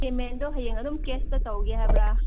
ꯄꯦꯃꯦꯟꯗꯣ ꯍꯌꯦꯡ ꯑꯗꯨꯝ ꯀꯦꯁꯇ ꯇꯧꯒꯦ ꯍꯥꯏꯕ꯭ꯔ